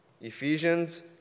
Ephesians